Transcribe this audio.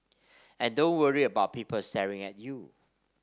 and don't worry about people staring at you